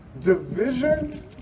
Division